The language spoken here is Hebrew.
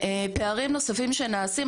ופערים נוספים שנעשים,